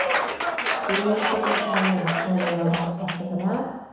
scooping the tailbone up. feel the low back flush with the mat.